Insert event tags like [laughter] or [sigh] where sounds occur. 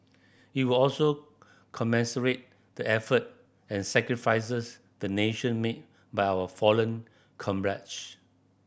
it will also [unintelligible] the effort and sacrifices the nation made by our fallen [unintelligible]